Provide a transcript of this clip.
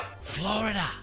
Florida